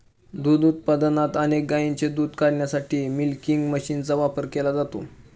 दूध उत्पादनात अनेक गायींचे दूध काढण्यासाठी मिल्किंग मशीनचा वापर केला जातो